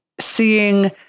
seeing